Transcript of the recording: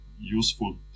useful